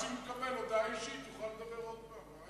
מקסימום תקבל הודעה אישית, תוכל לדבר עוד פעם.